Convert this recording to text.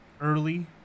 early